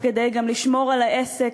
תוך כדי גם לשמור על העסק,